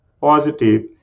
positive